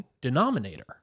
denominator